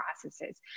processes